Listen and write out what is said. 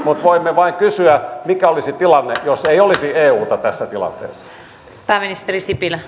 mutta voimme vain kysyä mikä olisi tilanne jos ei olisi euta tässä tilanteessa